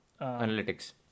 Analytics